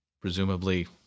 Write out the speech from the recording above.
presumably